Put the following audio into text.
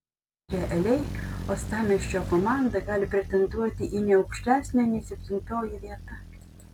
realiai uostamiesčio komanda gali pretenduoti į ne aukštesnę nei septintoji vieta